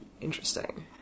interesting